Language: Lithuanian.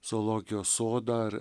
zoologijos sodą ar